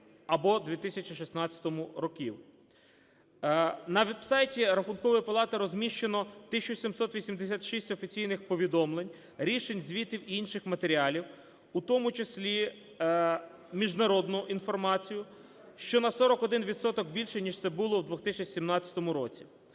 На веб-сайті Рахункової палати розміщено 1 тисячу 786 офіційних повідомлень, рішень, звітів, і інших матеріалів, в тому числі міжнародну інформацію, що на 41 відсоток більше, ніж це було в 2017 році.